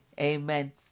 Amen